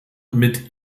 mit